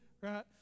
right